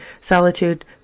solitude